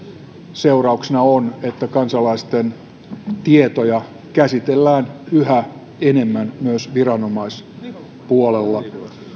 seurauksena on että kansalaisten tietoja käsitellään yhä enemmän myös viranomaispuolella